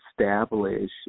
establish